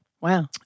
Wow